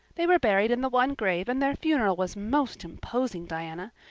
they were buried in the one grave and their funeral was most imposing, diana.